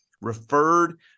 referred